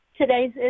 Today's